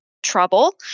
trouble